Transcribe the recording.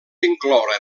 incloure